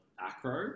acro